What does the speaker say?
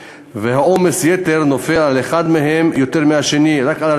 ועומס היתר נופל על אחד מהם יותר מאשר על השני.